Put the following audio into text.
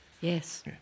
Yes